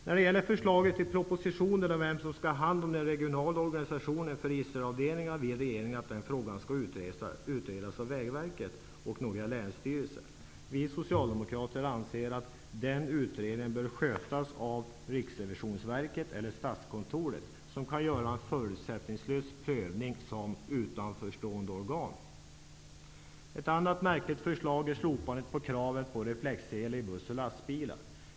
När det gäller förslaget i propositionen om vem som skall ha hand om den regionala organisationen för registeravdelningarna så vill regeringen att den frågan skall utredas av Vägverket och några länsstyrelser. Vi socialdemokrater anser att den utredningen bör skötas av Riksrevisionsverket eller Statskontoret, vilka som utanförstående organ kan göra en förutsättningslös prövning. Ett annat märkligt förslag är slopandet av kravet på reflexsele i bussar och lastbilar.